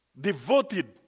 devoted